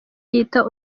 yita